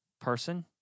person